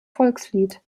volkslied